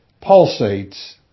pulsates